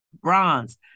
bronze